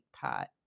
Pot